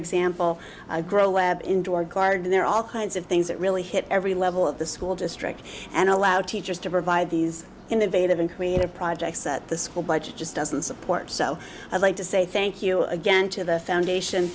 example a grow web indoor guard there all kinds of things that really hit every level of the school district and allow teachers to provide these innovative and creative projects at the school budget just doesn't support so i'd like to say thank you again to the foundation